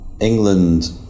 England